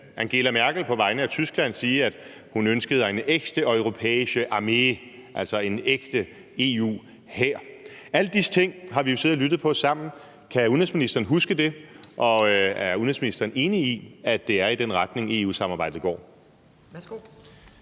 Angela Merkel på vegne af Tyskland sige, at hun ønskede »eine echte europäische Armee«, altså en ægte EU-hær. Alle disse ting har vi jo siddet og lyttet på sammen. Kan udenrigsministeren huske det? Og er udenrigsministeren enig i, at det er i den retning, EU-samarbejdet går?